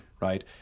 right